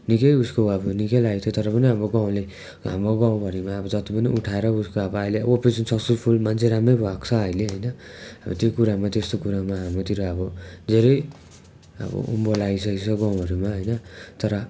निबै उसको अब निकै लागेको थियो तर पनि अब गाउँले हाम्रो गाउँभरिमा अब जति पनि उठाएर उसको अब अहिले ओपरेसन सक्सेसफुल मान्छे राम्रै भएको छ अहिले होइन अब त्यो कुरामा त्यस्तो कुरामा हाम्रोतिर अब धेरै अब उँभो लागिसकेको छ गाउँभरिमा होइन तर